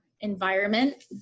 environment